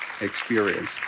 experience